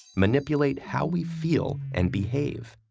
manipulate how we feel and behave.